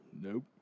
Nope